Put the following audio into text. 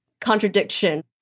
contradiction